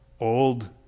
old